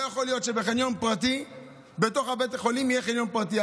לא יכול להיות שבתוך בית החולים יהיה חניון פרטי.